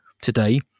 today